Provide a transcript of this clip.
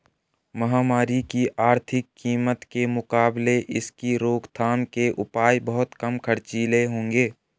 महामारी की आर्थिक कीमत के मुकाबले इसकी रोकथाम के उपाय बहुत कम खर्चीले होंगे